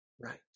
right